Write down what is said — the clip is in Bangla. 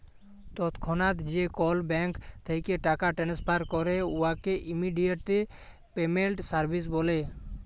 তৎক্ষণাৎ যে কল ব্যাংক থ্যাইকে টাকা টেনেসফার ক্যরে উয়াকে ইমেডিয়াতে পেমেল্ট সার্ভিস ব্যলে